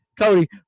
cody